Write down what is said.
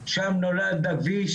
שם נולד אבי,